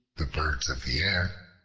the birds of the air,